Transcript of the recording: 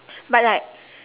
but like